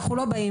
אנחנו לא באים",